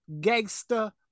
Gangster